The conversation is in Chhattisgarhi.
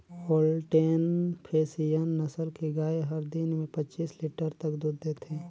होल्टेन फेसियन नसल के गाय हत दिन में पच्चीस लीटर तक दूद देथे